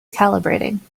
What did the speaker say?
calibrating